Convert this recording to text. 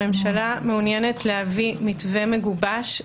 הממשלה מעוניינת להביא מתווה מגובש.